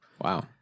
Wow